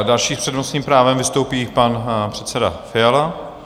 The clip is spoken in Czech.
Další s přednostním právem vystoupí pan předseda Fiala.